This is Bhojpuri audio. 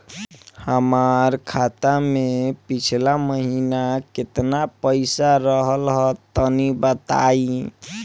हमार खाता मे पिछला महीना केतना पईसा रहल ह तनि बताईं?